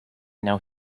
now